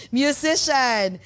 musician